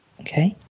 Okay